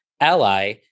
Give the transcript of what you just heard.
Ally